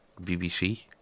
BBC